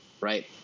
right